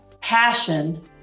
passion